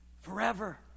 Forever